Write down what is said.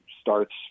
starts